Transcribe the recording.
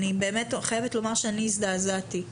אני באמת חייבת לומר שאני הזדעזעתי.